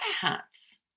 hats